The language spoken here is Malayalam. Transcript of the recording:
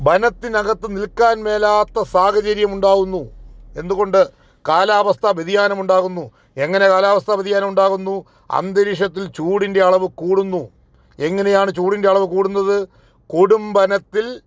വനത്തിനകത്ത് നിൽക്കാൻ മേലാത്ത സാഹചര്യമുണ്ടാവുന്നു എന്തുകൊണ്ട് കാലാവസ്ഥാ വ്യതിയാനമുണ്ടാകുന്നു എങ്ങനെ കാലാവസ്ഥാ വ്യതിയാനമുണ്ടാകുന്നു അന്തരീക്ഷത്തിൽ ചൂടിൻ്റെ അളവ് കൂടുന്നു എങ്ങനെയാണ് ചൂടിൻ്റെ അളവ് കൂടുന്നത് കൊടും വനത്തിൽ